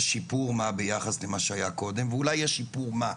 שיפור ביחס למה שהיה קודם ואולי יש שיפור מה,